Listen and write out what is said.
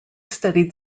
studied